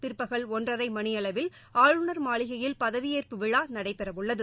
பிற்பகல் ஒன்றரைமணியளவில் ஆளுநர் மாளிகையில் பதவியேற்பு விழாநடைபெறவுள்ளது